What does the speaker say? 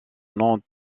non